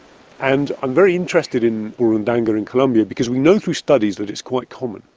and i'm very interested in burundanga in colombia, because we know through studies that it's quite common,